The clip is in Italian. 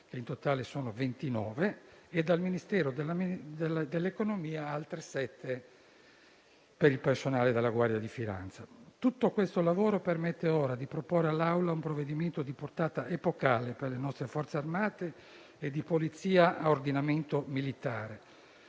(in totale 29) e dal Ministero dell'economia (altre sette) per il personale della Guardia di finanza. Tutto questo lavoro permette ora di proporre all'Assemblea un provvedimento di portata epocale per le nostre Forze armate e di polizia a ordinamento militare: